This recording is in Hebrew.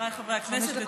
חבריי חברי הכנסת,